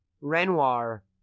Renoir